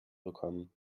bekommen